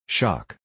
Shock